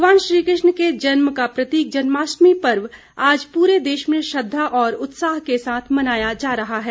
भगवान श्री कृष्ण के जन्म का प्रतीक जन्माष्टमी पर्व आज पूरे देश में श्रद्धा और उत्साह के साथ मनाया जा रहा है